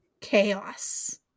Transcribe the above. chaos